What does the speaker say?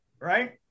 right